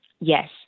Yes